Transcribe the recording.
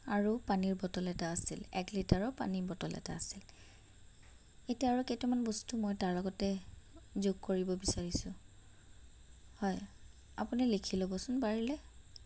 আৰু পানীৰ বটল এটা আছিল এক লিটাৰৰ পানীৰ বটল এটা আছিল এতিয়া আৰু কেইটামান বস্তু মই তাৰ লগতে যোগ কৰিব বিচাৰিছোঁ হয় আপুনি লিখি ল'বচোন পাৰিলে